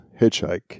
hitchhike